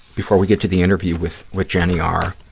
before we get to the interview with with jenny r.